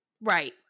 Right